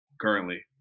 currently